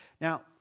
Now